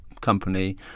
company